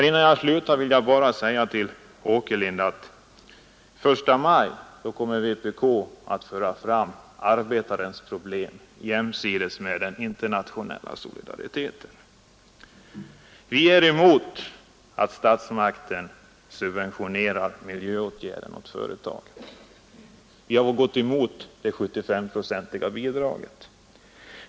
Innan jag slutar vill jag sedan också säga till herr Åkerlind att vpk första maj kommer att föra fram arbetarens problem jämsides med den internationella solidariteten. Vi är emot att statsmakterna subventionerar miljövårdande åtgärder för företagen; vi har tagit avstånd från det 75-procentiga statsbidraget i det fallet.